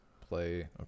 Play